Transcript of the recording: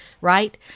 right